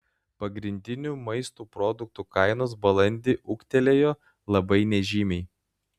pagrindinių maisto produktų kainos balandį ūgtelėjo labai nežymiai